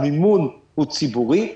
המימון הוא ציבורי.